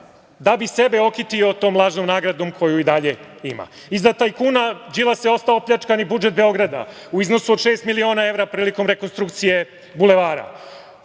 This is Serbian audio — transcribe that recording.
da bi sebe okitio tom lažnom nagradom, koju i dalje ima. Iza tajkuna Đilasa je ostao opljačkani budžet Beograda u iznosu od šest miliona evra prilikom rekonstrukcije Bulevara.